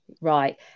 right